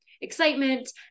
excitement